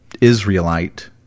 Israelite